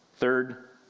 Third